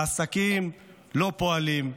העסקים לא פועלים.